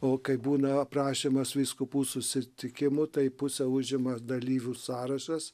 o kai būna aprašymas vyskupų susitikimų tai pusę užima dalyvių sąrašas